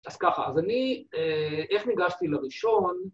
אז ככה, אז אני, איך ניגשתי לראשון?